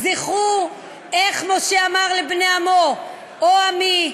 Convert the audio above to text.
"בני עמי,